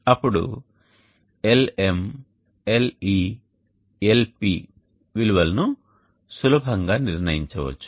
అప్పుడు Lm Le Lp విలువలను సులభంగా నిర్ణయించవచ్చు